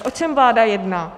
O čem vláda jedná?